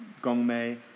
gongmei